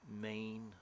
main